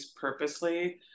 purposely